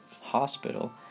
hospital